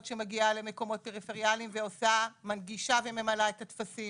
שמגיעה למקומות פריפריאליים ומנגישה וממלאה את הטפסים.